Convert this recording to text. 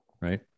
Right